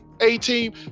A-Team